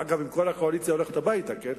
אגב, אם כל הקואליציה הולכת הביתה, כן?